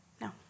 No